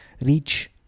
reach